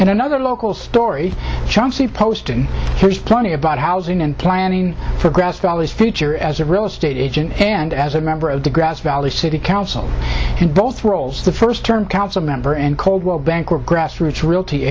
and another local story chauncey posting has plenty about housing and planning for grass dollars future as a real estate agent and as a member of the grass valley city council in both roles the first term council member and coldwell banker grassroots realty